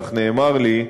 כך נאמר לי,